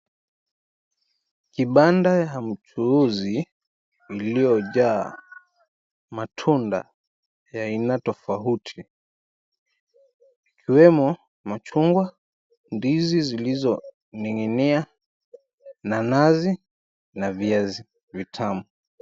Kibanda ya mchuuzi iliyojaa matunda ya aina tofauti ikiwemo machungwa, ndizi zilizoning'nia na nazi na viazi vitamu.